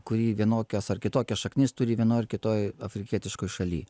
kuri vienokias ar kitokias šaknis turi vienoj ar kitoj afrikietiškoj šaly